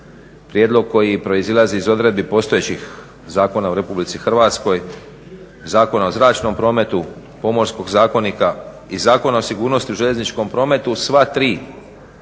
prijedlog koji proizlazi iz odredbi postojećih Zakona u RH, Zakona o zračnom prometu, Pomorskog zakonika i Zakon o sigurnosti u željezničkom prometu. Sva tri